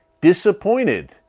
disappointed